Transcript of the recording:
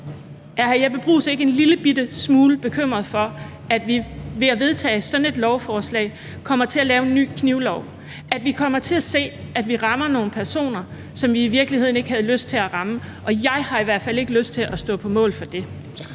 smule bekymret for, at vi ved at vedtage sådan et lovforslag kommer til at lave en ny knivlov – at vi kommer til at se, at vi rammer nogle personer, som vi i virkeligheden ikke havde lyst til at ramme? Jeg har i hvert fald ikke lyst til at stå på mål for det.